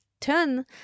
turn